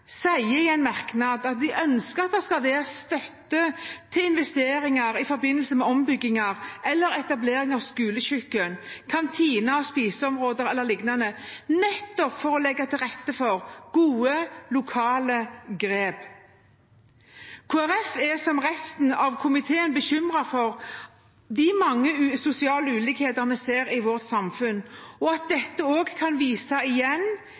i en merknad skriver at man ønsker at det skal være støtte til investeringer i forbindelse med ombygginger eller etablering av skolekjøkken, kantine, spiseområder e.l., nettopp for å legge til rette for gode, lokale grep. Kristelig Folkeparti er som resten av komiteen bekymret for de mange sosiale ulikhetene vi ser i vårt samfunn. Dette kan vises igjen i enkle ting som om unger får med seg